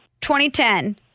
2010